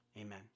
Amen